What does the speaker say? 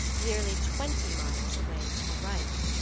nearly twenty miles away to the right.